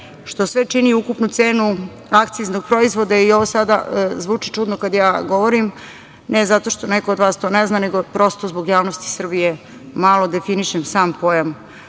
što sve čini ukupnu cenu akciznog proizvoda. I ovo sada zvuči čudno kada ja govorim, ne zato što neko od vas to ne zna, nego prosto zbog javnosti Srbije malo definišem sam pojam